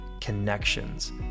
connections